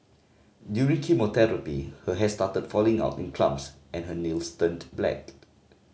during chemotherapy her hair started falling out in clumps and her nails turned black